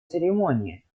церемонии